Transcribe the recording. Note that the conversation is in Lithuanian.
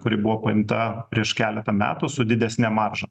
kuri buvo paimta prieš keletą metų su didesne marža